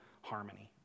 harmony